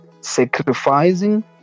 sacrificing